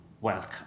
welcome